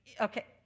Okay